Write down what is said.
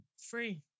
free